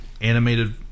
animated